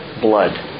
Blood